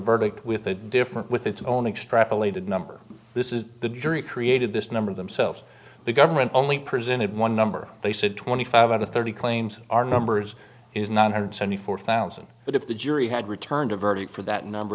verdict with a different with its own extrapolated number this is the jury created this number themselves the government only presented one number they said twenty five out of thirty claims are numbers is not hundred seventy four thousand but if the jury had returned a verdict for that number